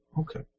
okay